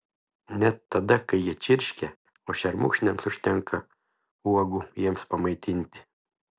net tada kai jie čirškia o šermukšniams užtenka uogų jiems pamaitinti